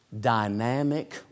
dynamic